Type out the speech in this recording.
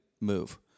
move